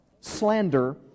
slander